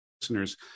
listeners